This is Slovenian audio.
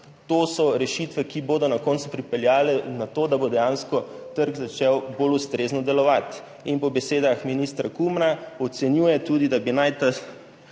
to so rešitve, ki bodo na koncu pripeljale do tega, da bo dejansko trg začel bolj ustrezno delovati in po besedah ministra Kumra, ki ocenjuje, da naj